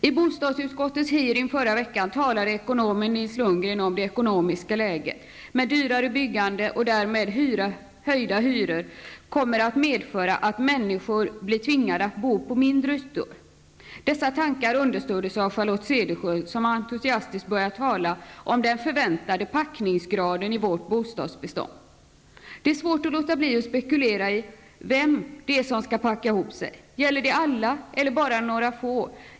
I bostadsutskottets hearing förra veckan talade ekonomen Nils Lundgren om att det ekonomiska läget, med dyrare byggande och därmed höjda hyror, kommer att medföra att människor blir tvingade att bo på mindre ytor. Dessa tankar understöddes av Charlotte Cederschiöld, som entusiastiskt började tala om den förväntade ''packningsgraden'' i vårt bostadsbestånd. Det är svårt att låta bli att spekulera i vem det är som skall packa ihop sig. Gäller det alla eller bara några få?